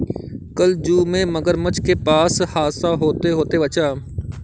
कल जू में मगरमच्छ के पास हादसा होते होते बचा